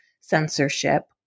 censorship